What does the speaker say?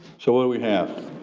so what we have?